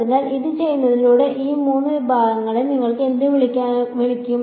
അതിനാൽ ഇത് ചെയ്യുന്നതിലൂടെ ഈ മൂന്ന് വിഭാഗങ്ങളെ നിങ്ങൾ എന്ത് വിളിക്കും